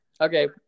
okay